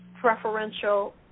preferential